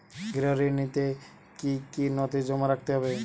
গৃহ ঋণ নিতে কি কি নথি জমা রাখতে হবে?